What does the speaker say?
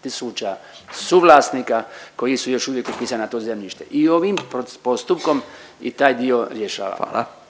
tisuća suvlasnika koji su još uvijek upisani na to zemljište. I ovim postupkom i taj dio rješavamo.